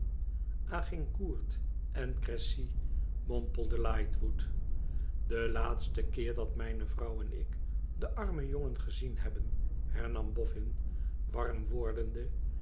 boog chutters agincourt en cressy mompelde lightwood iden laatsten keer dat mijne vrouw en ik den armen jongen gezien bebben hernam bofïin warm wordendeen